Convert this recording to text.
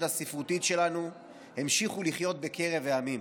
הספרותית שלנו המשיכו לחיות בקרב העמים.